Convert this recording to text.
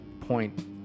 point